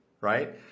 right